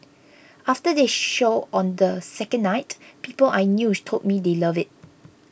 after the show on the second night people I knew told me they loved it